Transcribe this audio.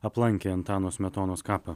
aplankė antano smetonos kapą